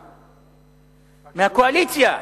מהקואליציה,